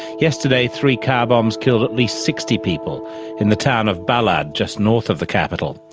yesterday three car bombs killed at least sixty people in the town of balad, just north of the capital.